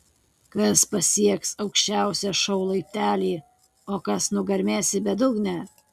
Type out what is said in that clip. kas pasieks aukščiausią šou laiptelį o kas nugarmės į bedugnę